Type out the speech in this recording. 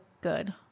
good